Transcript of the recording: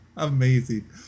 Amazing